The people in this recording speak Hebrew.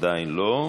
עדיין לא.